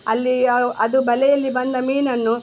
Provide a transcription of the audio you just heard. ಅಲ್ಲಿ ಅದು ಬಲೆಯಲ್ಲಿ ಬಂದ ಮೀನನ್ನು